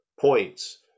points